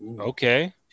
Okay